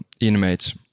inmates